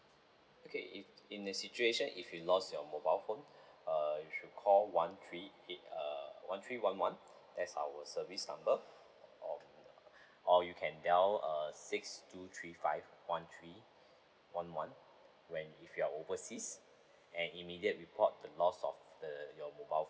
okay if in the situation if you lost your mobile phone uh you should call one three eight uh one three one one that's our service number or or you can dial err six two three five one three one one when if you're overseas and immediate report the loss of the your mobile